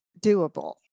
doable